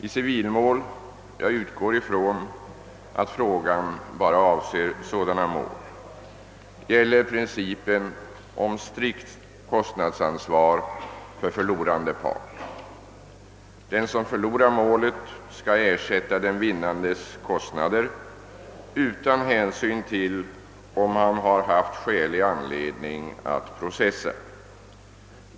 I civilmål — jag utgår från att frågan avser bara sådana mål — gäller principen om strikt kostnadsansvar för förlorande part. Den som förlorar målet skall ersätta den vinnandes kostnader utan hänsyn till om han haft skälig anledning att processa.